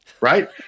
right